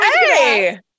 Hey